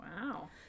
Wow